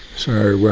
so